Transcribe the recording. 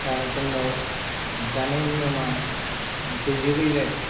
दा जोंनाव जानाय नियमा गैजोबैलाय